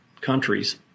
countries